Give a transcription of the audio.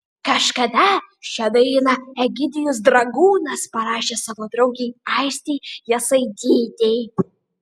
kažkada šią dainą egidijus dragūnas parašė savo draugei aistei jasaitytei